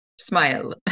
smile